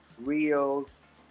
Reels